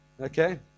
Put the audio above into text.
Okay